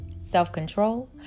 self-control